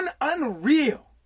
unreal